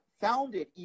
founded